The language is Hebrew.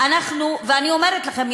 ואני אומרת לכם,